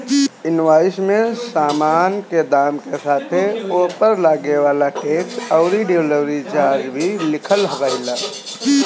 invoice में सामान के दाम के साथे ओपर लागे वाला टेक्स अउरी डिलीवरी चार्ज भी लिखल रहेला